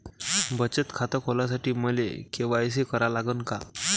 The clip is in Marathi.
बचत खात खोलासाठी मले के.वाय.सी करा लागन का?